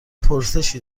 پرسشی